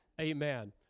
Amen